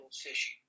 fishy